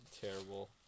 terrible